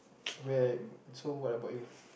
where so what about you